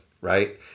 right